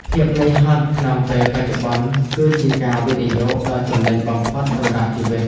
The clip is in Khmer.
ភាពនឿយហត់ក្នុងពេលបច្ចុប្បន្ន គឺជាការវិនិយោគដ៏ចំណេញបំផុតសម្រាប់ជីវិត។